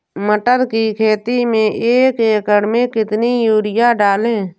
मटर की खेती में एक एकड़ में कितनी यूरिया डालें?